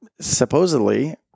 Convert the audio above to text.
supposedly